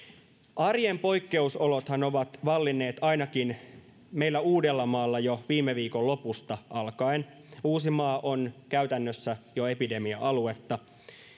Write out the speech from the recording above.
arjen poikkeusolothan ovat vallinneet ainakin meillä uudellamaalla jo viime viikon lopusta alkaen uusimaa on käytännössä jo epidemia aluetta